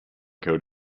code